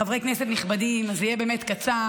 חברי כנסת נכבדים, זה יהיה באמת קצר.